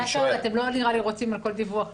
אתם לא נראה רוצים כל דיווח ספציפי.